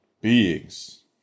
beings